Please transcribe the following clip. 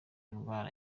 indwara